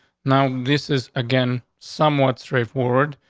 now, this is again somewhat straightforward.